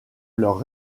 leurs